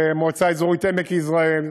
ומועצה אזורית עמק-יזרעאל